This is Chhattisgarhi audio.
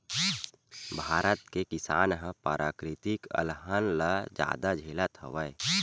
भारत के किसान ह पराकिरितिक अलहन ल जादा झेलत हवय